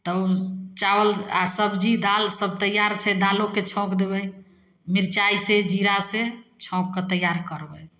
तब चावल आओर सबजी दालिसब तैयार छै दालिओके छौँकि देबै मिरचाइसे जीरासे छौँकिके तैआरी करबै